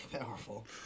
powerful